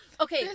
Okay